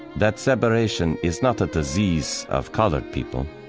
that separation is not a disease of colored people.